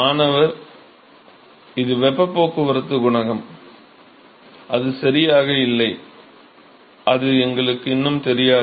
மாணவர் இது வெப்பப் போக்குவரத்து குணகம் அது சரியாக இல்லை அது எங்களுக்கு இன்னும் தெரியாது